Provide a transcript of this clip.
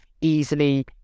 easily